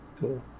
cool